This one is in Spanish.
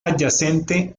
adyacente